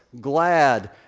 glad